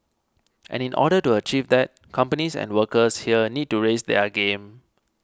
and in order to achieve that companies and workers here need to raise their game